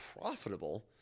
profitable